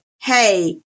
hey